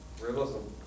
realism